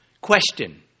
question